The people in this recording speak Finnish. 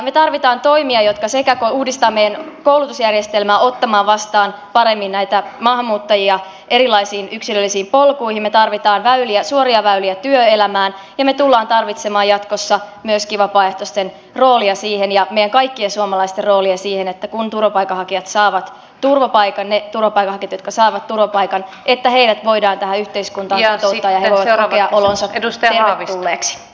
me tarvitsemme toimia jotka uudistavat meidän koulutusjärjestelmää ottamaan vastaan paremmin näitä maahanmuuttajia erilaisiin yksilöllisiin polkuihin me tarvitsemme suoria väyliä työelämään ja me tulemme tarvitsemaan jatkossa myöskin vapaaehtoisten roolia siihen ja meidän kaikkien suomalaisten roolia siihen että kun turvapaikanhakijat saavat turvapaikan ne turvapaikanhakijat jotka saavat turvapaikan heidät voidaan tähän yhteiskuntaan kotouttaa ja he voivat kokea olonsa tervetulleeksi